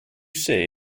see